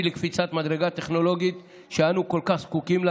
לקפיצת מדרגה טכנולוגית שאנו כל כך זקוקים לה,